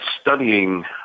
studying